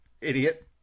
idiot